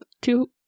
two